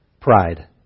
pride